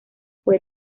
fue